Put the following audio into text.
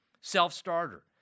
self-starter